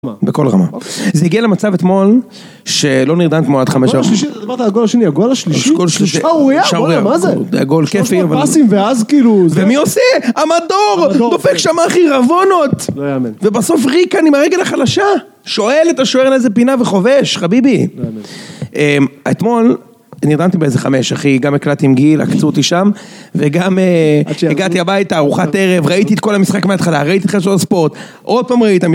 בכל רמה, זה הגיע למצב אתמול, שלא נרדם כמו עד חמש. גול השלישי, אמרת גול השני, הגול השלישי? שערוריה, מה זה? גול כיפי אבל... ומי עושה? המדור! דופק שם אחי רבונות! ובסוף ריק אני עם הרגל החלשה! שואל את השוער לאיזה פינה וכובש, חביבי! אתמול, נרדמתי באיזה חמש, אחי, גם הקלטתי עם גיל, עקצו אותי שם וגם הגעתי הביתה, ארוחת ערב, ראיתי את כל המשחק מהתחלה, ראיתי את חדשות הספורט, עוד פעם ראיתי את...